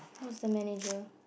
who's the manager